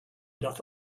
doth